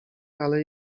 ale